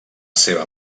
seva